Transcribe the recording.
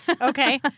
Okay